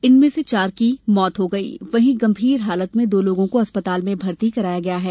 इनमें से चार की मौत हो गई वहीं गंभीर हालत में दो लोगों को अस्पताल में भर्ती कराया गया है